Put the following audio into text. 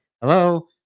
hello